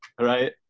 right